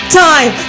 time